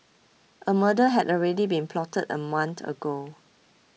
a murder had already been plotted a month ago